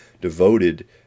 devoted